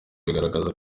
bigaragaza